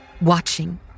Watching